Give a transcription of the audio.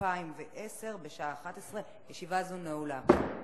בשעה 11:00. ישיבה זו נעולה.